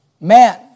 Man